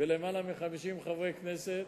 בלמעלה מ-50 חברי כנסת,